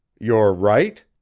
your right?